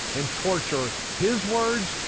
and torture his words,